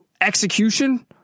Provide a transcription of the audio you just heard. execution